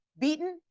beaten